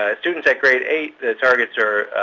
ah students at grade eight, the targets are